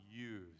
use